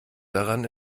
daran